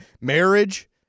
marriage